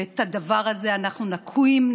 ואת הדבר הזה אנחנו נקים,